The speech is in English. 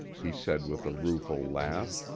he said with a rueful laugh.